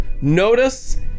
Notice